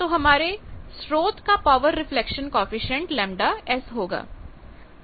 तो हमारे स्रोत का पावर रिफ्लेक्शन कॉएफिशिएंट ΓS होगा